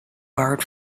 borrowed